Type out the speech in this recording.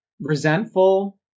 resentful